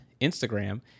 Instagram